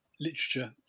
literature